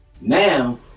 Now